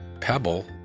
pebble